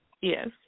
Yes